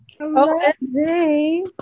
Hello